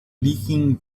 leaking